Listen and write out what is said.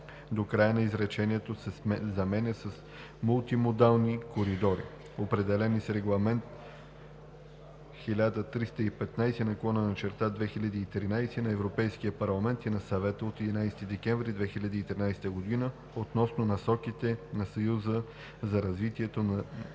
до края на изречението се заменя с „мултимодални коридори“, определени с Регламент (ЕС) 1315/2013 на Европейския парламент и на Съвета от 11 декември 2013 г. относно насоките на Съюза за развитието на